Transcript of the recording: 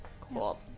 Cool